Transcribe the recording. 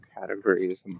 categories